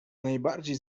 najbardziej